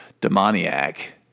demoniac